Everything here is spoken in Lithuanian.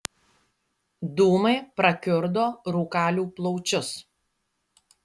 dūmai prakiurdo rūkalių plaučius